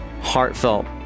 Heartfelt